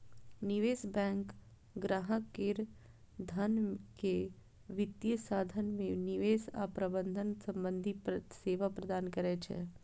निवेश बैंक ग्राहक केर धन के वित्तीय साधन मे निवेश आ प्रबंधन संबंधी सेवा प्रदान करै छै